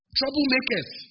troublemakers